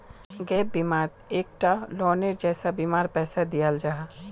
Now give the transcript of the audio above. gap बिमात एक टा लोअनेर जैसा बीमार पैसा दियाल जाहा